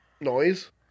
noise